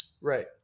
Right